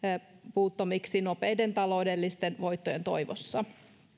puuttomiksi nopeiden taloudellisten voittojen toivossa